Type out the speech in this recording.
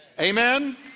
Amen